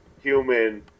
human